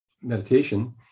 meditation